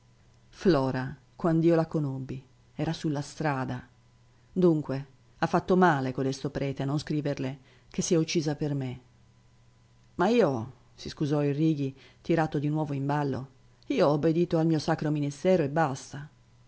me flora quand'io la conobbi era sulla strada dunque ha fatto male codesto prete a non scriverle che si è uccisa per me ma io si scusò il righi tirato di nuovo in ballo io ho obbedito al mio sacro ministero e basta